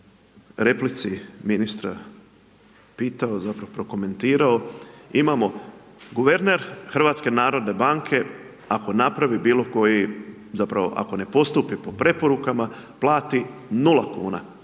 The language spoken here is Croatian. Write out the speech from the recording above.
replici ministra pitao, zapravo prokomentirao, imamo guverner HNB ako napravi bilo koji, zapravo ako ne postupi po preporukama plati nula kuna.